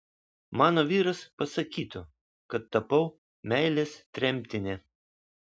mano vyras pasakytų kad tapau meilės tremtine